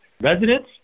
residents